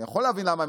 אני יכול להבין למה,